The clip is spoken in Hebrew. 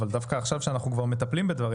אבל דווקא עכשיו כשאנחנו כבר מטפלים בדברים